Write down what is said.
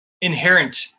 inherent